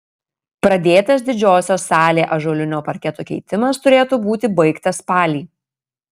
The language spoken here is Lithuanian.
pradėtas didžiosios salė ąžuolinio parketo keitimas turėtų būti baigtas spalį